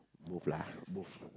both lah